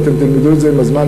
ואתם תלמדו את זה עם הזמן,